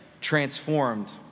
transformed